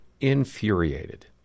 Infuriated